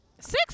six